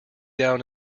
down